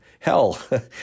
Hell